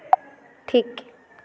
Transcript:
ᱴᱷᱤᱠ